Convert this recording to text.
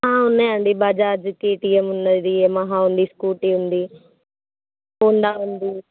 ఉన్నాయండి బజాజ్ కెటిఎమ్ ఉన్నాది యమహా ఉంది స్కూటీ ఉంది హోండా ఉంది